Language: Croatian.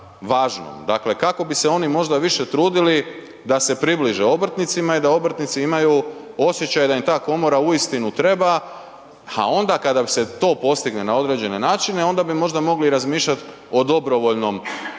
dakle kako bi se oni možda više trudili da se približe obrtnicima i da obrtnici imaju osjećaj da im ta komora uistinu treba a onda kada se to postigne na određene načine, onda bi možda mogli razmišljat o dobrovoljnom komorskom